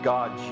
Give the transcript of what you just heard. God